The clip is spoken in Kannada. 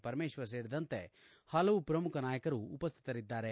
ಪರಮೇಶ್ವರ್ ಸೇರಿದಂತೆ ಹಲವು ಪ್ರಮುಖ ನಾಯಕರು ಉಪಸ್ಟಿತರಿದ್ದಾರೆ